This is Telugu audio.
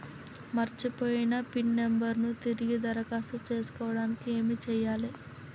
మర్చిపోయిన పిన్ నంబర్ ను తిరిగి దరఖాస్తు చేసుకోవడానికి ఏమి చేయాలే?